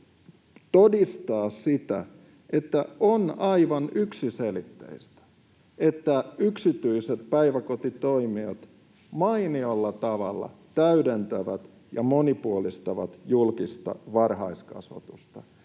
todistaa sitä, että on aivan yksiselitteistä, että yksityiset päiväkotitoimijat mainiolla tavalla täydentävät ja monipuolistavat julkista varhaiskasvatusta.